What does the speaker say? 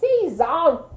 season